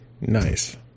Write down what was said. Nice